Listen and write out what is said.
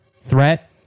Threat